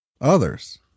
others